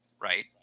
right